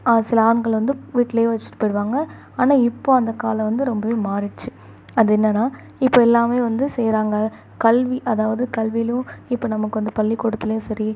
சில ஆண்கள் வந்து வீட்டிலையே வச்சிட்டு போயிடுவாங்கள் ஆனால் இப்போது அந்த காலம் வந்து ரொம்பவே மாறிடுச்சு அது என்னன்னா இப்போ எல்லாமே வந்து செய்கிறாங்க கல்வி அதாவது கல்வியிலும் இப்போ நமக்கு வந்து பள்ளிக்கூடத்திலையும் சரி